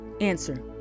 Answer